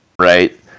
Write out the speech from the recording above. right